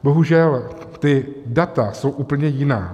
Bohužel, ta data jsou úplně jiná.